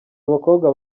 abakobwa